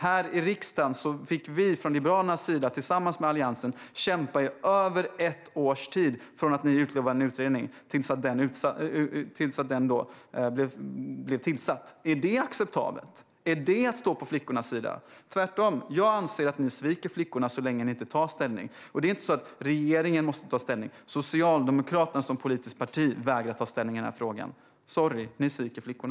Här i riksdagen fick vi från Liberalernas sida tillsammans med Alliansen kämpa i över ett års tid från att ni utlovade en utredning till att den blev tillsatt. Är det acceptabelt? Är det att stå på flickornas sida? Tvärtom - jag anser att ni sviker flickorna så länge ni inte tar ställning. Det är inte så att regeringen måste ta ställning. Socialdemokraterna som politiskt parti vägrar ta ställning i den här frågan. Sorry - ni sviker flickorna!